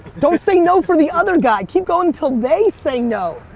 don't say no for the other guy. keep going until they say no.